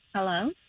Hello